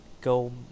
go